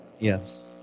Yes